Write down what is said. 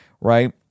right